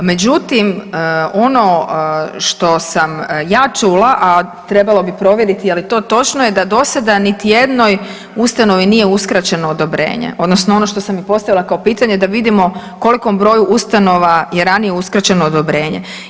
Međutim, ono što sam ja čula a trebalo bi provjeriti je li to točno je da do sada niti jednoj ustanovi nije uskraćeno odobrenje odnosno ono što sam i postavila kao pitanje da vidimo kolikom broju ustanova je ranije uskraćeno odobrenje.